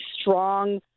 strong